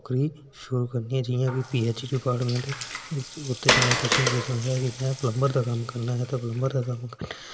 चीज शूरू करनी ऐ जि'यां कि पी एच ई ड़िपार्टमैंट च उत्त च में तुसें गी सुनाया कि में प्लमबर दा कम्म करना ऐ